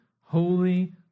Holy